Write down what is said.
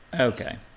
Okay